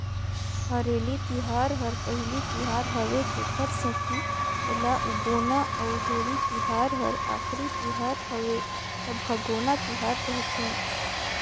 हरेली तिहार हर पहिली तिहार हवे तेखर सेंथी एला उगोना अउ होरी तिहार हर आखरी तिहर हवे त भागोना तिहार कहथें